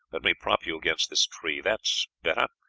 let me prop you against this tree. that's better.